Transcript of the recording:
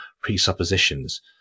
presuppositions